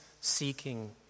seeking